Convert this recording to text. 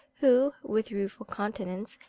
who, with rueful countenance,